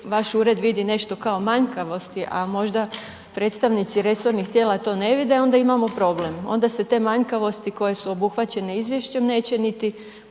vaš ured vidi nešto kao manjkavosti, a možda predstavnici resornih tijela to ne vide, onda imamo problem. Onda se te manjkavosti koje su obuhvaćene izvješćem neće niti